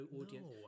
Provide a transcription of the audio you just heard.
audience